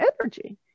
energy